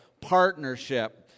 partnership